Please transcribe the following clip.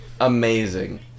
Amazing